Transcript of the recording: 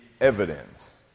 evidence